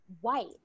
white